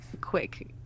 quick